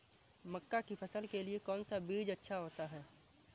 मक्का की फसल के लिए कौन सा बीज अच्छा होता है?